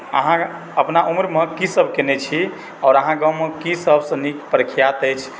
अहाँ अपना उमरमे की सभ केने छी आओर अहाँकेँ गाँवमे केँ सभसँ नीक प्रख्यात अछि